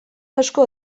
asko